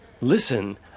Listen